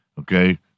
Okay